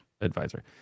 advisor